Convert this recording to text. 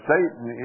Satan